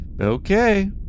okay